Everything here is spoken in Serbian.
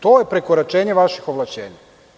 To je prekoračenje vaših ovlašćenja.